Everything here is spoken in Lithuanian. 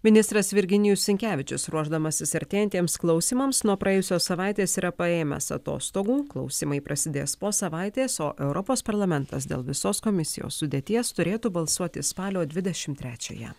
ministras virginijus sinkevičius ruošdamasis artėjantiems klausymams nuo praėjusios savaitės yra paėmęs atostogų klausimai prasidės po savaitės o europos parlamentas dėl visos komisijos sudėties turėtų balsuoti spalio dvidešimt trečiąją